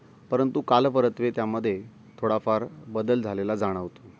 परंतु कालपरत्वे त्यामध्ये थोडाफार बदल झालेला जाणवतो